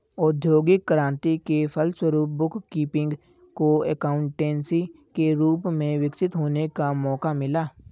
औद्योगिक क्रांति के फलस्वरूप बुक कीपिंग को एकाउंटेंसी के रूप में विकसित होने का मौका मिला